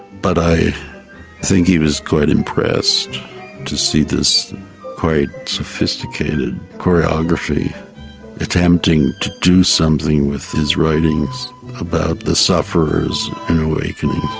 but i think he was quite impressed to see this quite sophisticated choreography attempting to do something with his writings about the sufferers in awakenings.